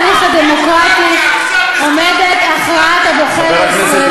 אני תמיד האמנתי שבבסיס ההליך הדמוקרטי עומדת הכרעת הבוחר הישראלי.